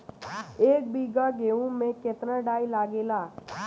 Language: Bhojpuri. एक बीगहा गेहूं में केतना डाई लागेला?